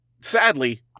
sadly